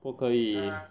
不可以